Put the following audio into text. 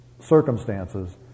circumstances